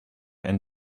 and